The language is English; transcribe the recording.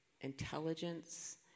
intelligence